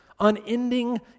unending